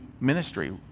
ministry